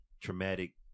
traumatic